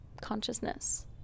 consciousness